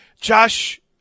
Josh